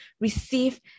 receive